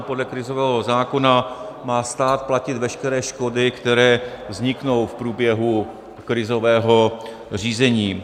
Podle krizového zákona má stát platit veškeré škody, které vzniknou v průběhu krizového řízení.